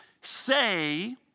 say